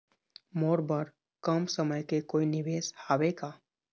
मोर बर कम समय के कोई निवेश हावे का?